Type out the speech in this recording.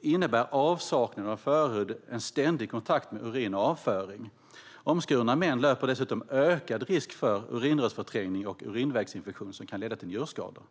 innebär avsaknaden av förhud en ständig kontakt med urin och avföring. Omskurna män löper dessutom ökad risk för urinrörsförträngning och urinvägsinfektion som kan leda till njurskador.